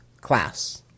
class